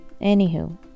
Anywho